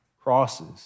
crosses